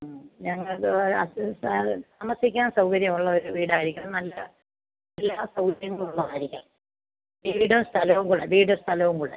ആ ഞങ്ങളിത് പോലെ അത് സാറ് താമസിക്കാൻ സൗകര്യം ഉള്ള ഒരു വീടായിരിക്കണം നല്ല എല്ലാ സൗകര്യങ്ങളും ഉള്ളതായിരിക്കണം വീട് സ്ഥലവും കൂടെ വീട് സ്ഥലവും കൂടെ